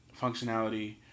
functionality